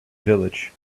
village